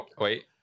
wait